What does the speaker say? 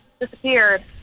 disappeared